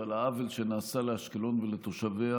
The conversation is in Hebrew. אבל העוול שנעשה לאשקלון ולתושביה